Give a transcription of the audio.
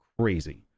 crazy